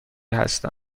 هستم